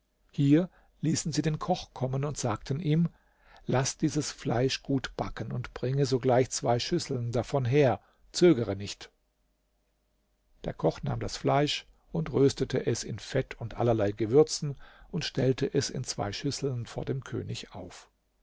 hier ließen sie den koch kommen und sagten ihm laß dieses fleisch gut backen und bringe sogleich zwei schüsseln davon her zögere nicht der koch nahm das fleisch und röstete es in fett und allerlei gewürzen und stellte es in zwei schüsseln vor dem könig auf